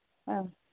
ओं